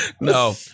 No